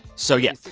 so yeah,